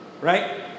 Right